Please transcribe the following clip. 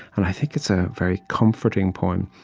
and i think it's a very comforting poem,